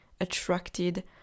attracted